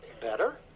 better